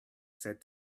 said